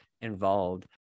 involved